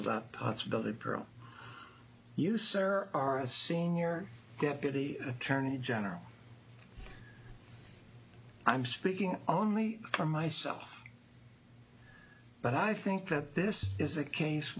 without possibility of parole you sir are a senior deputy attorney general i'm speaking only for myself but i think that this is a case